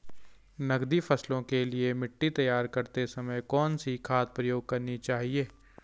नकदी फसलों के लिए मिट्टी तैयार करते समय कौन सी खाद प्रयोग करनी चाहिए?